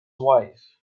wife